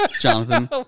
Jonathan